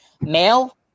male